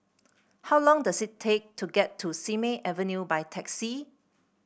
how long does it take to get to Simei Avenue by taxi